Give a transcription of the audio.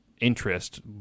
interest